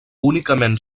únicament